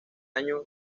año